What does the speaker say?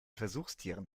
versuchstieren